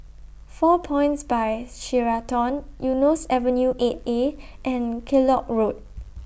four Points By Sheraton Eunos Avenue eight A and Kellock Road